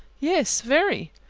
yes, very.